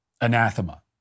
anathema